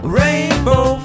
rainbow